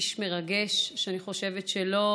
איש מרגש, שאני חושבת שלא